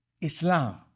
Islam